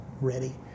ready